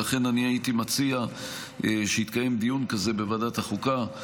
ולכן הייתי מציע שיתקיים דיון כזה בוועדת החוקה.